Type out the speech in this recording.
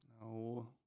No